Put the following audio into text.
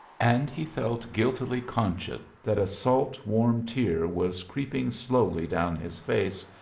and he felt guiltily conscious that a salt, warm tear was creeping slowly down his face,